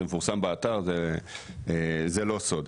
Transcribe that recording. זה גם מפורסם באתר זה לא סוד.